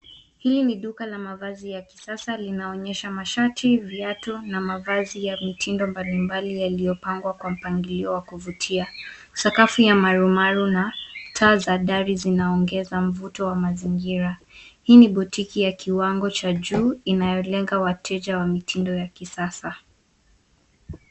Hili ni duka la mavazi ya mavazi ya kisasa inaonyesha mashati, viatu na mavazi ya mitindo mbalimbali yaliyo pangwa kwa mpangilio wa kuvutia. Sakafu za marumaru na taa za dari zinaongeza mvuto wa mazingira. Hii ni[cs ] botiki[cs ] ya kiwango cha juu inayo lenga wateja wa mitindo za kisasa.